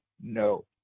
No